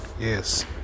Yes